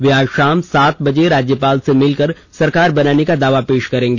वे आज शाम सात बजे राज्यपाल से मिल कर सरकार बनाने का दावा पेष करेंगी